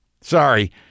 Sorry